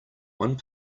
one